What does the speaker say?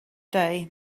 day